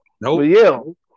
Nope